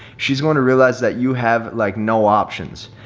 she's going to realize that you have like no options.